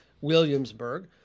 Williamsburg